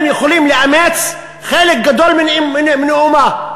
הם יכולים לאמץ חלק גדול מנאומה,